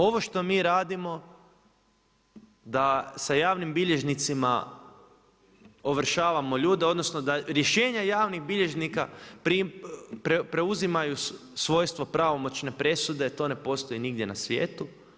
Ovo što mi radimo da sa javnim bilježnicima ovršavamo ljude odnosno da rješenja javnih bilježnika preuzimaju svojstvo pravomoćne presude to ne postoji nigdje u svijetu.